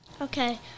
Okay